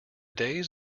days